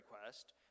request